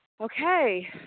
okay